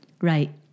Right